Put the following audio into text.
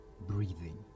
breathing